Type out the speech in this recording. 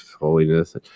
holiness